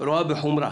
רואה בחומרה